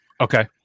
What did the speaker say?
Okay